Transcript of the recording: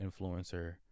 influencer